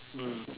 mm